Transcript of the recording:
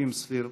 מצטופפים סביב